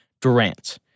Durant